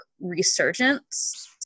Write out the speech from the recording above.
resurgence